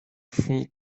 font